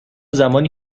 زمانی